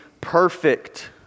perfect